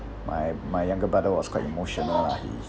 my my younger brother was quite emotional lah he